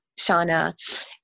Shauna